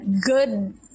good